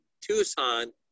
Tucson